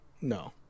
No